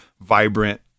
vibrant